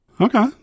Okay